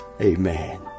Amen